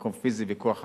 מקום פיזי וכוח-אדם.